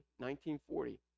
1940